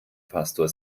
pastor